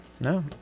no